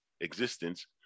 existence